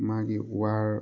ꯃꯥꯒꯤ ꯋꯥꯔ